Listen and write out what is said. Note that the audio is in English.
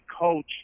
coach